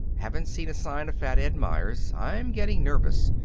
haven't seen a sign of fat ed meyers. i'm getting nervous.